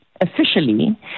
officially